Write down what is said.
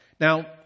Now